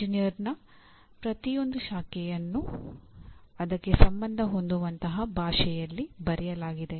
ಎಂಜಿನಿಯರಿಂಗ್ನ ಪ್ರತಿಯೊಂದು ಶಾಖೆಯನ್ನು ಅದಕ್ಕೆ ಸಂಬಂಧ ಹೊಂದುವಂತಹ ಭಾಷೆಯಲ್ಲಿ ಬರೆಯಲಾಗಿದೆ